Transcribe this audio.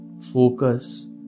Focus